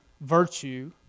virtue